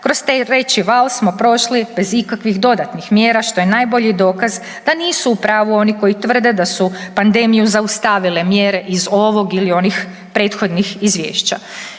Kroz treći val smo prošli bez ikakvih dodatnih mjera što je najbolji dokaz da nisu u pravu oni koji tvrde da su pandemiju zaustavile mjere iz ovog ili onih prethodnih izvješća.